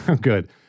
Good